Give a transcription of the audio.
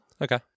Okay